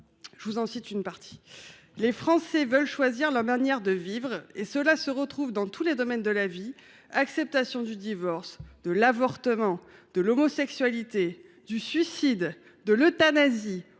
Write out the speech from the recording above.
du CNRS en date de 2019 :« Les Français veulent choisir leur manière de vivre. Et cela se retrouve dans tous les domaines de la vie : acceptation du divorce, de l’avortement, de l’homosexualité, du suicide, de l’euthanasie…